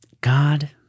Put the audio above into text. god